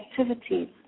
activities